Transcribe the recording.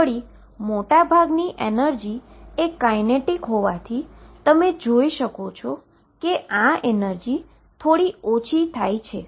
વળી મોટાભાગની એનર્જીએ કાઈનેટીક હોવાથી તમે જોશો કે આ એનર્જી થોડી ઓછી થાય છે